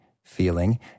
feeling